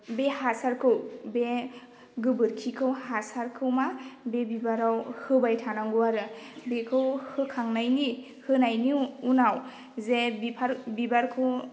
बे हासारखौ बे गोबोरखिखौ हासारखौ मा बे बिबाराव होबाय थानांगौ आरो बिखौ होखांनायनि होनायनि उनाव जे बिबारखौ